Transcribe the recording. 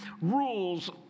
rules